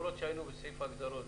למרות שהיינו בסעיף ההגדרות.